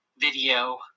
video